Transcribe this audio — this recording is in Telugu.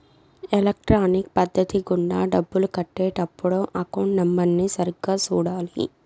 ఎలక్ట్రానిక్ పద్ధతి గుండా డబ్బులు కట్టే టప్పుడు అకౌంట్ నెంబర్ని సరిగ్గా సూడాలి